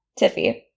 Tiffy